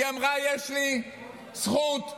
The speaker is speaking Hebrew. היא אמרה: יש לי זכות חסינות.